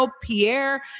Pierre